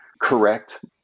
correct